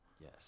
Yes